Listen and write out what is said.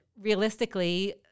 realistically